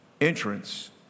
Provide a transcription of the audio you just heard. Entrance